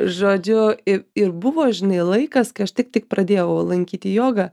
žodžiu i ir buvo žinai laikas kai aš tik tik pradėjau lankyti jogą